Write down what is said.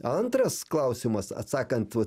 antras klausimas atsakant į